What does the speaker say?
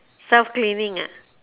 self cleaning ah